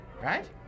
Right